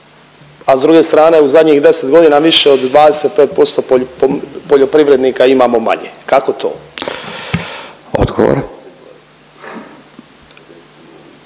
a s druge strane u zadnjih 10.g. više od 25% poljoprivrednika imamo manje, kako to? **Radin,